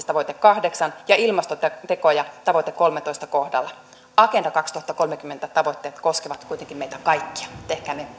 tavoite kahdeksan ja ilmastotekojen tavoite kolmetoista kohdalla agenda kaksituhattakolmekymmentä tavoitteet koskevat kuitenkin meitä kaikkia tehkäämme